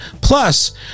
Plus